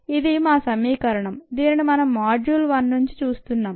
ఇది మా సమీకరణం దీనిని మనం మాడ్యూల్ 1 నుంచి చూస్తున్నాం